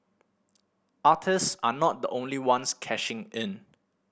artist are not the only ones cashing in